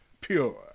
pure